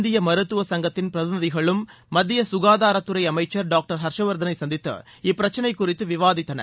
இந்திய மருத்துவ சங்கத்தின் பிரதிநிதிகளும் மத்திய சுகாதாரத்துறை அமைச்சர் டாக்டர் ஹர்ஷ்வர்தனை சந்தித்து இப்பிரச்சினை குறித்து விவாதித்தனர்